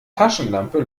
taschenlampe